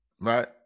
right